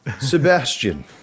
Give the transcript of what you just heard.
Sebastian